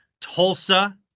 Tulsa